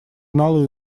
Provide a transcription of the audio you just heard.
знал